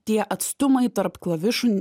tie atstumai tarp klavišų